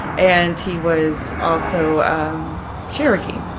and he was also um cherokee.